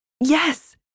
Yes